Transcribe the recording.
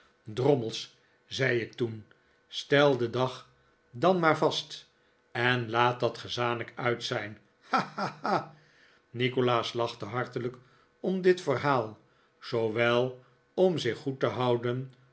drommels zei ik toen stel den dag dan maar vast en laat het gezanik uit zijn ha ha ha nikolaas lachte hartelijk om dit verhaal zoowel om zich goed te houden